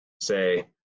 say